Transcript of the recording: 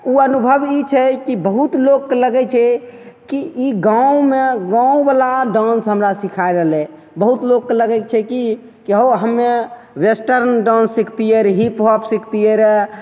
ओ अनुभव ई छै कि बहुत लोकके लागै छै कि ई गाममे गामवला डान्स हमरा सिखै रहलै बहुत लोकके लगै छै कि कि हौ हमे वेस्टर्न डान्स सिखतिए रहै हिपहॉप सिखतिए रहै